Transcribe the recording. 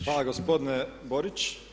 Hvala gospodine Borić.